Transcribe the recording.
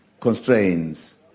constraints